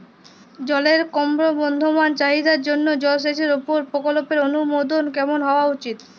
জলের ক্রমবর্ধমান চাহিদার জন্য জলসেচের উপর প্রকল্পের অনুমোদন কেমন হওয়া উচিৎ?